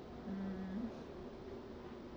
mm